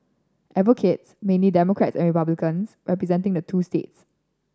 advocates mainly Democrats and Republicans representing the two states